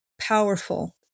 powerful